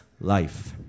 life